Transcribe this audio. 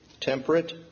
temperate